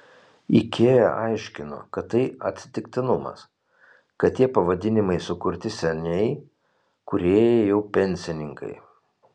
ikea aiškino kad tai atsitiktinumas kad tie pavadinimai sukurti seniai kūrėjai jau pensininkai